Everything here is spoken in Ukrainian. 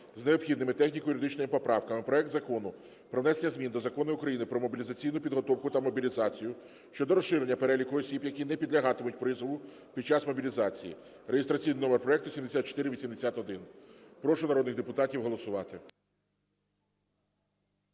з необхідними техніко-юридичними поправками проект Закону про внесення змін до Закону України "Про мобілізаційну підготовку та мобілізацію" щодо розширення переліку осіб, які не підлягатимуть призову під час мобілізації (реєстраційний номер 7481). Прошу народних депутатів голосувати.